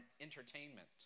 entertainment